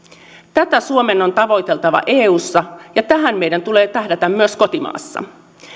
tätä suomen on tavoiteltava eussa ja tähän meidän tulee tähdätä myös kotimaassa